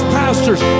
pastors